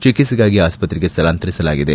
ಚಿಕಿತ್ಸೆಗಾಗಿ ಆಸ್ಪತ್ರೆಗೆ ಸ್ಥಳಾಂತರಿಸಲಾಗಿದೆ